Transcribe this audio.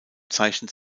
zeichnet